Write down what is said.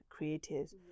creatives